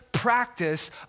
practice